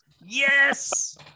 Yes